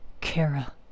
Kara